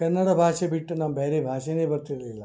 ಕನ್ನಡ ಭಾಷೆ ಬಿಟ್ಟು ನಮ್ಮ ಬೇರೆ ಭಾಷೆನೇ ಬರ್ತಿರ್ಲಿಲ್ಲ